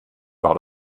war